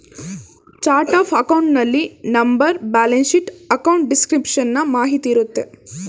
chart of accounts ನಲ್ಲಿ number, balance sheet, account description ನ ಮಾಹಿತಿ ಇರುತ್ತದೆ